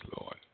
Lord